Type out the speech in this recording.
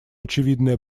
очевидное